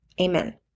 Amen